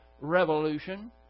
Revolution